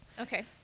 Okay